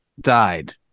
died